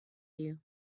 you